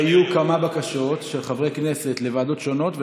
כיוון שהיו כמה בקשות של חברי כנסת לוועדות שונות,